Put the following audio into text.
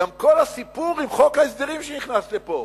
גם כל הסיפור עם חוק ההסדרים שנכנס לפה.